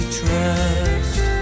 trust